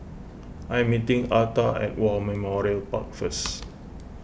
I am meeting Arta at War Memorial Park first